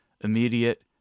immediate